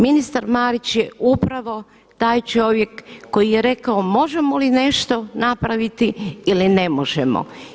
Ministar Marić je upravo taj čovjek koji je rekao možemo li nešto napraviti ili ne možemo.